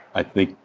i think,